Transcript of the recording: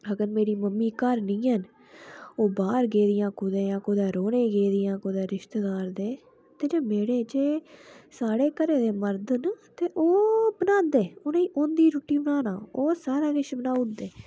अगर मेरी मम्मी घर नी हैन ओह् बाहर गेदियां कुतै जां कुतै रौह्ने गी गेदियां कुतै रिश्तेदार दे ते जे स्हाड़े घरे दे मर्द न ते ओह् बनांदे उनेंगी औंदी रूट्टी बनाना ओह् सारा किश बनाऊ उड़दे